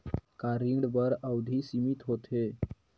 का ऋण बर अवधि सीमित होथे?